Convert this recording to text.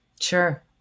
Sure